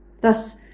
Thus